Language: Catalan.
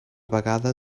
vegada